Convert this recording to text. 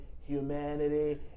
humanity